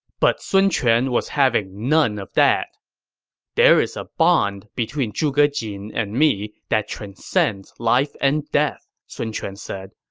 but sun quan, however, was having none of that there is a bond between zhuge jin and me that transcends life and death, sun quan said.